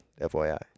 FYI